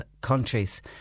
countries